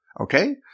Okay